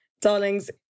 darlings